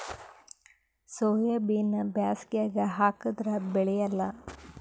ಸೋಯಾಬಿನ ಬ್ಯಾಸಗ್ಯಾಗ ಹಾಕದರ ಬೆಳಿಯಲ್ಲಾ?